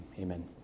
Amen